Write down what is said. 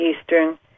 Eastern